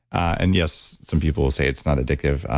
and yes, some people will say it's not addictive,